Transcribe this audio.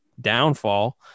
downfall